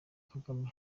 kagame